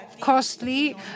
costly